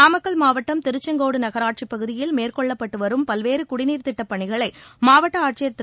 நாமக்கல் மாவட்டம் திருச்செங்கோடு நகராட்சிப் பகுதியில் மேற்கொள்ளப்பட்டு வரும் பல்வேறு குடிநீர் திட்டப் பணிகளை மாவட்ட ஆட்சியர் திரு